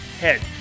head